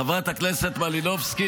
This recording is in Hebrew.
חברת הכנסת מלינובסקי?